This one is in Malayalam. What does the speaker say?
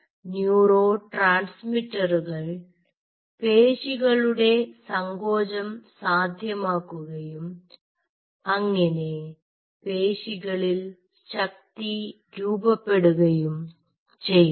ന്യൂറോ ട്രാൻസ്മിറ്ററുകൾ പേശികളുടെ സങ്കോചം സാധ്യമാക്കുകയും അങ്ങിനെ പേശികളിൽ ശക്തി രൂപപ്പെടുകയും ചെയ്യുന്നു